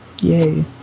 Yay